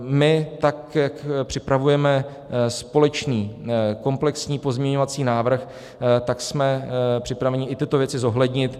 My, tak jak připravujeme společný komplexní pozměňovací návrh, tak jsme připraveni i tyto věci zohlednit.